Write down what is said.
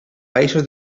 països